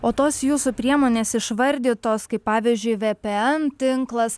o tos jūsų priemonės išvardytos kaip pavyzdžiui vpn tinklas